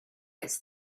its